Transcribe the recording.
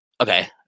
Okay